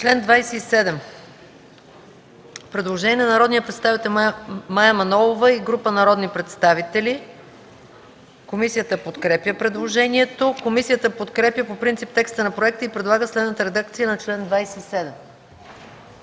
чл. 27 има предложение на Мая Манолова и група народни представители. Комисията подкрепя предложението. Комисията подкрепя по принцип текста на проекта и предлага следната редакция на чл. 27: